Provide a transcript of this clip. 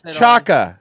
Chaka